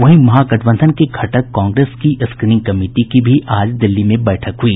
वहीं महागठबंधन के घटक कांग्रेस की स्क्रीनिंग कमिटी की भी आज दिल्ली में बैठक हुई